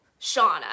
Shauna